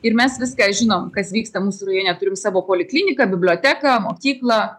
ir mes viską žinom kas vyksta mūsų rajone turime savo polikliniką biblioteką mokyklą